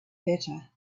better